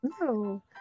No